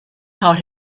taught